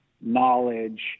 knowledge